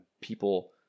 people